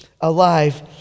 alive